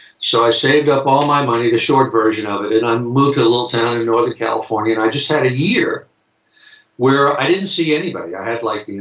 so i saved up all my money, the short version of it, and i moved to a little town in northern california and i just had a year where i didn't see anybody. i had, like, you